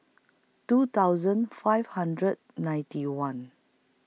two thousand five hundred ninety one